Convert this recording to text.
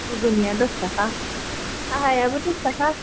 गुगुनिया दसताका साहायाबो दसताका